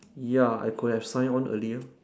ya I could have sign on earlier